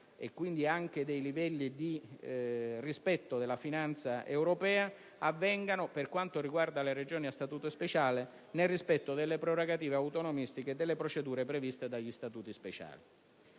quindi anche dei livelli di rispetto della finanza europea, avvengano, per quanto riguarda le Regioni a Statuto speciale, nel rispetto delle prerogative autonomistiche e delle procedure previste dagli Statuti speciali.